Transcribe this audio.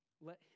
Let